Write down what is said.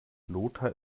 lothar